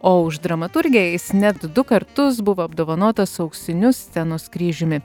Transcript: o už dramaturgiją jis net du kartus buvo apdovanotas auksiniu scenos kryžiumi